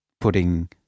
putting